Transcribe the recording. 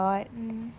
mm